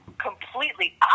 completely